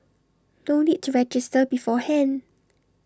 no need to register beforehand